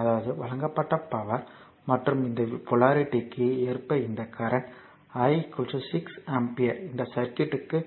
அதாவது வழங்கப்பட்ட பவர் மற்றும் இந்த போலாரிட்டிக்கு ஏற்ப இந்த கரண்ட் I 6 ஆம்பியர் இந்த சர்க்யூட்க்கு